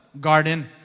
garden